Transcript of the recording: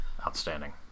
Outstanding